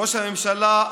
ראש הממשלה,